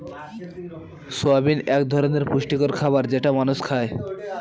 soybean এক ধরনের পুষ্টিকর খাবার যেটা মানুষ খায়